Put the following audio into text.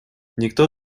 никто